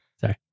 Sorry